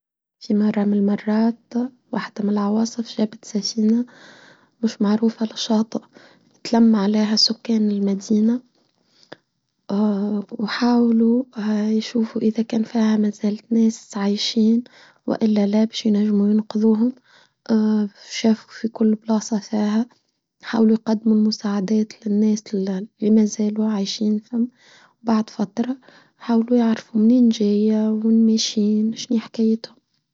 في مرة من المرات واحدة من العواصف جابت سفينة مش معروفة لشاطئة تلم لها سكان المدينة وحاولوا يشوفوا إذا كان فيها ما زالت ناس عايشين وإلا لا بش ينجموا ينقذوهم شافوا في كل بلاصة فيها حاولوا يقدموا المساعدات للناس اللي ما زالوا عايشين فهم وبعد فترة حاولوا يعرفوا منين جاية ومن ماشيين شني حكايتهم.